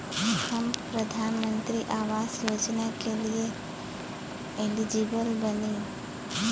हम प्रधानमंत्री आवास योजना के लिए एलिजिबल बनी?